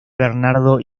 bernardo